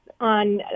on